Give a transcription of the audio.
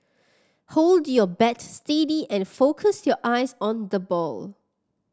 hold your bat steady and focus your eyes on the ball